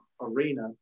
arena